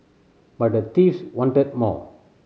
but the thieves wanted more